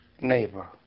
neighbor